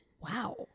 Wow